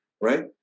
right